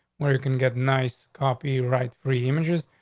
where you can get nice copy, right free images.